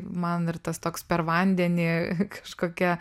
man ir tas toks per vandenį kažkokia